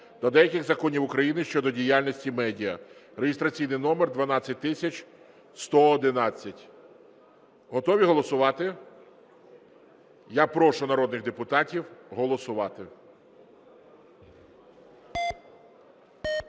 до деяких законів України щодо діяльності медіа (реєстраційний номер 12111). Готові голосувати? Я прошу народних депутатів голосувати.